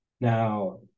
Now